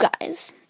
guys